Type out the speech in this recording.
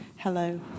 Hello